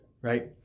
Right